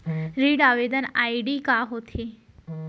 ऋण आवेदन आई.डी का होत हे?